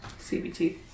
CBT